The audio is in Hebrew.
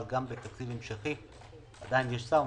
אבל גם בתקציב המשכי עדיין יש שר.